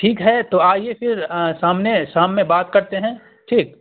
ٹھیک ہے تو آئیے پھر سامنے شام میں بات کرتے ہیں ٹھیک